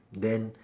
then